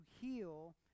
heal